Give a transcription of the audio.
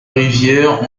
rivières